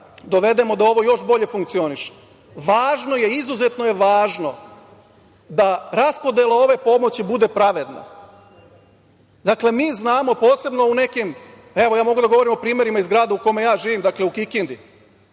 dovedemo da ovo još bolje funkcioniše. Važno je, izuzetno je važno da raspodela ove pomoći bude pravedna. Dakle, mi znamo, posebno u nekim, evo ja mogu da govorim u primerima iz grada u kome ja živim, u Kikindi,